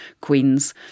Queen's